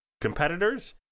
competitors